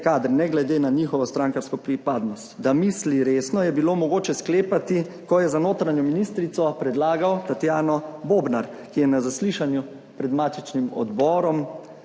ne glede na njihovo strankarsko pripadnost. Da misli resno, je bilo mogoče sklepati, ko je za notranjo ministrico predlagal Tatjano Bobnar, ki je na zaslišanju pred matičnim odborom